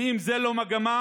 ואם זו לא מגמה,